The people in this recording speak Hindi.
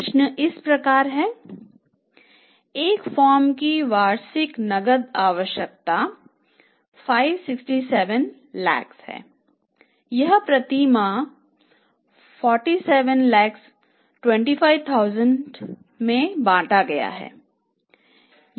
प्रश्न इस प्रकार है एक फर्म की वार्षिक नकद आवश्यकता 567 लाख है यह प्रति माह रु4725 लाख में बांटा गया है